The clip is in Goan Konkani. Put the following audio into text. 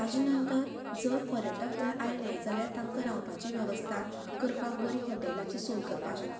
ताज्या नंतर जर पर्यटक थंय आयले जाल्यार तांकां रावपाची वेवस्था करपाक बरी हाॅटेलांची सोय करपाक शकतात